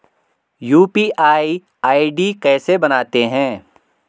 UPI ID कैसे बनाते हैं?